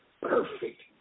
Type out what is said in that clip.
perfect